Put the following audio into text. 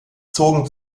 zogen